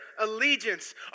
allegiance